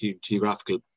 geographical